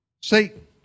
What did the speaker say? Satan